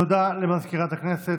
תודה למזכירת הכנסת.